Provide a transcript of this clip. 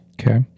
Okay